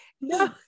No